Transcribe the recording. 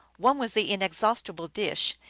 one was the inexhaustible dish,